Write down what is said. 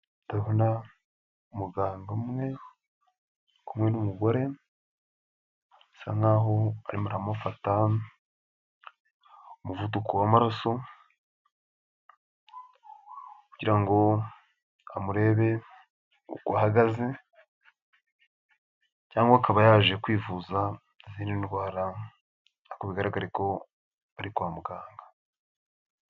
Ndabona muganga umwe kumwe n'umugore, bisa nkaho arimo aramufata umuvuduko w'amaraso, kugira ngo amurebe uko ahagaze, cyangwa akaba yaje kwivuza izindi ndwara ariko bigaragara ko ari kwa muganga.